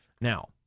Now